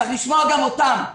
צריך לשמוע גם אותם,